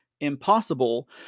impossible